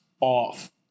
off